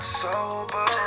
sober